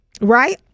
Right